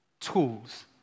tools